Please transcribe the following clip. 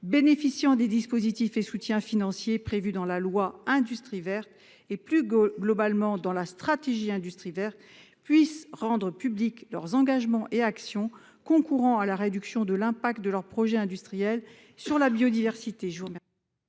bénéficieront des dispositifs et des soutiens financiers prévus dans ce projet de loi et, plus globalement, dans la stratégie Industrie verte, puissent rendre publics leurs engagements et actions concourant à la réduction de l'impact de leurs projets industriels sur la biodiversité.